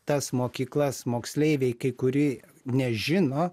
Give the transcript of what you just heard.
tas mokyklas moksleiviai kai kurie nežino